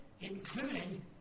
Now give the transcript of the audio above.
including